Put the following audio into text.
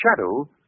Shadow